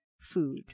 food